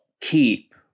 keep